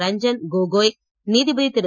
ரஞ்சன் கோகோய் நீதிபதி திரு